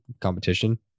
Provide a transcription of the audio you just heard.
competition